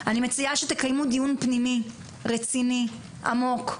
אני מציעה שתקיימו דיון פנימי, רציני, עמוק,